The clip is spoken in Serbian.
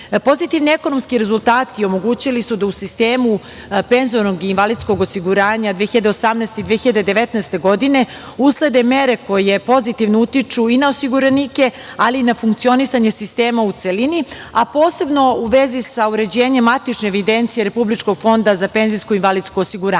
Pozitivni ekonomski rezultati omogućili su da u sistemu penzionog i invalidskog osiguranja 2018. i 2019. godine uslede mere koje pozitivno utiču i na osiguranike, ali i na funkcionisanje sistema u celini, a posebno u vezi sa uređenjem matične evidencije Republičkog fonda za PIO. Ključni faktor